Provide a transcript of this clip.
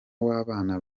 w’abana